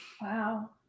wow